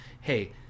hey